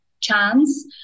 chance